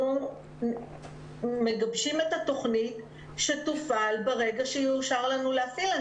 אנחנו מגבשים את התכנית ברגע שיאושר לנו להפעיל.